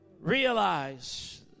realize